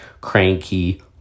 cranky